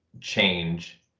change